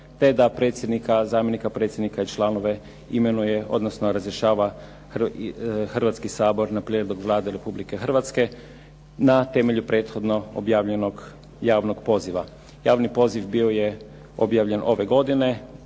te da predsjednika, zamjenika predsjednika i članove imenuje odnosno razrješava Hrvatski sabor na prijedlog Vlade Republike Hrvatske na temelju prethodno objavljenog javnog poziva. Javni poziv bio je objavljen ove godine